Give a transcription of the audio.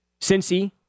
Cincy